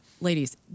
Ladies